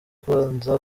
kubanza